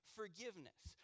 forgiveness